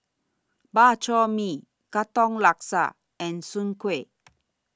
Bak Chor Mee Katong Laksa and Soon Kueh